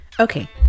Okay